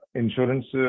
insurance